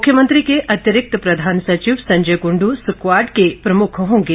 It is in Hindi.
मुख्यमंत्री के अतिरिक्त प्रधान सचिव संजय कुंड् स्क्वाड के प्रमुख होंगे